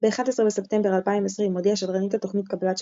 ב-11 בספטמבר 2020 הודיעה שדרנית התוכנית "קבלת שבת",